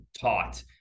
taught